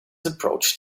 approached